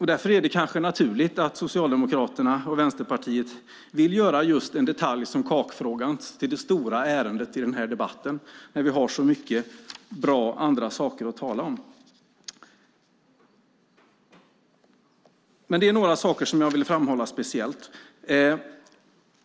Därför är det kanske naturligt att Socialdemokraterna och Vänsterpartiet vill göra just en detalj som kakfrågan till det stora ärendet i den här debatten, när vi har så många andra bra saker att tala om. Det är några saker som jag vill framhålla speciellt.